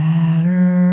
Matter